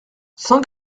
cent